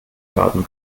laden